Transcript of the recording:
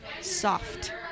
soft